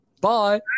Bye